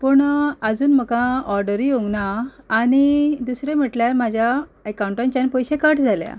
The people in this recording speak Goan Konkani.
पूण आजून म्हाका ऑर्डरूय येवूंक ना आनी दुसरें म्हणल्यार म्हज्या एकाउंटांच्यान पयशे कट जाल्या